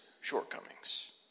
shortcomings